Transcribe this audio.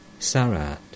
Sarat